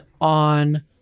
on